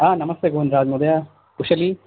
ह नमस्ते भवान् राजा महोदय कुशली